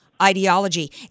ideology